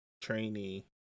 trainee